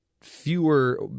fewer